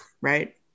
Right